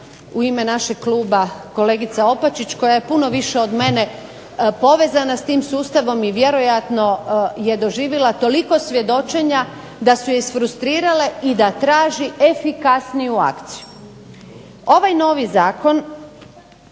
u ime našeg kluba kolegica Opačić koja je puno više od mene povezana s tim sustavom i vjerojatno je doživjela toliko svjedočenja da su je isfrustrirale i da traži efikasniju akciju. Ovaj novi zakon